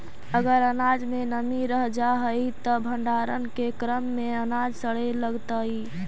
अगर अनाज में नमी रह जा हई त भण्डारण के क्रम में अनाज सड़े लगतइ